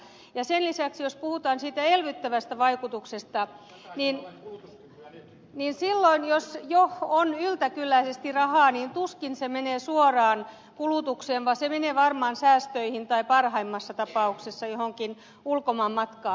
sen lisäksi jos puhutaan siitä elvyttävästä vaikutuksesta niin silloin jos jo on yltäkylläisesti rahaa niin tuskin se menee suoraan kulutukseen vaan se menee varmaan säästöihin tai parhaimmassa tapauksessa johonkin ulkomaanmatkaan